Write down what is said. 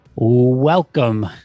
Welcome